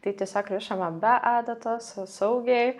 tai tiesiog rišame be adatos saugiai